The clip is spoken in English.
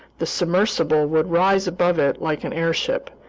the submersible would rise above it like an airship,